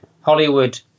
Hollywood